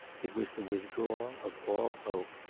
it was the withdrawal of all hope.